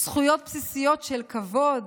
זכויות בסיסיות של כבוד,